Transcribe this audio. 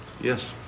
Yes